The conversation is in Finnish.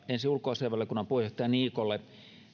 ensin ulkoasiainvaliokunnan puheenjohtaja niikolle